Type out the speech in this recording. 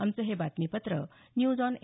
आमचं हे बातमीपत्र न्यूज ऑन ए